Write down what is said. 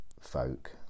folk